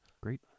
Great